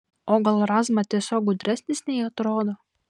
o gal razma tiesiog gudresnis nei atrodo